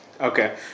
Okay